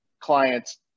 clients